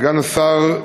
סגן השר,